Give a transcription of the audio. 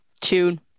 Tune